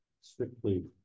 strictly